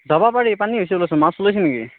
যাব পাৰি পানী হৈছি মাছ ওলাইছে নেকি